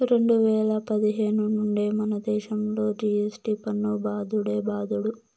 రెండు వేల పదిహేను నుండే మనదేశంలో జి.ఎస్.టి పన్ను బాదుడే బాదుడు